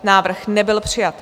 Návrh nebyl přijat.